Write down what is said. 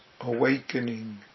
awakening